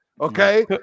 Okay